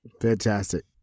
Fantastic